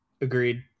Agreed